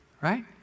Right